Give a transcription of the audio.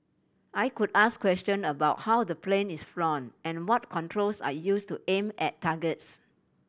I could ask question about how the plane is flown and what controls are used to aim at targets